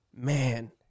Man